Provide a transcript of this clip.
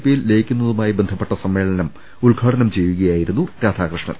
പിയിൽ ലയിക്കുന്നതു മായി ബന്ധപ്പെട്ട സമ്മേളനം ഉദ്ഘാടനം ചെയ്യുകയായി രുന്നു രാധാകൃഷ്ണൻ